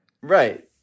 Right